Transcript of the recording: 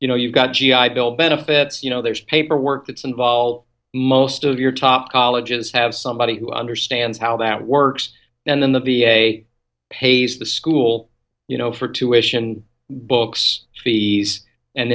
you know you got g i bill benefits you know there's paperwork that's involved most of your top colleges have somebody who understands how that works and then the v a pays the school you know for tuition books fees and